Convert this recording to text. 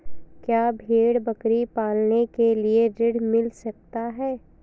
क्या भेड़ बकरी पालने के लिए ऋण मिल सकता है?